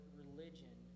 religion